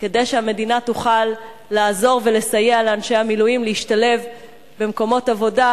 כדי שהמדינה תוכל לעזור ולסייע לאנשי המילואים להשתלב במקומות עבודה,